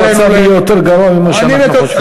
אני חושב שהמצב יהיה יותר גרוע ממה שאנחנו חושבים.